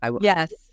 yes